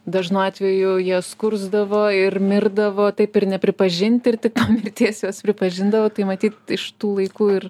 dažnu atveju jie skursdavo ir mirdavo taip ir nepripažinti ir tik mirties juos pripažindavo tai matyt iš tų laikų ir